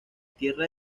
tierra